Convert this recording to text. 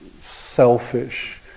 selfish